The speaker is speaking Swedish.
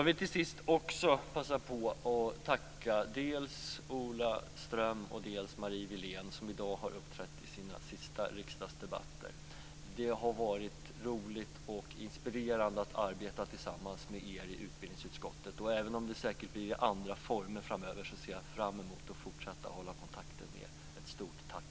Till sist vill jag passa på att tacka Ola Ström och Marie Wilén som i dag har uppträtt i sina sista riksdagsdebatter. Det har varit roligt och inspirerande att arbeta tillsammans med er i utbildningsutskottet. Och även om det säkert blir i andra former framöver, ser jag fram emot att fortsätta att hålla kontakten med er. Ett stort tack!